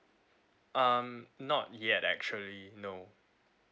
um not yet actually no